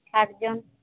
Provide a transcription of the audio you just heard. সাতজন